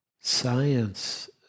science